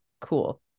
Cool